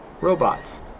robots